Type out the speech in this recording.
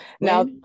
Now